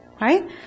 right